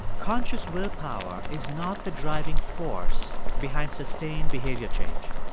conscious willpower is not the driving force behind sustained behavior change.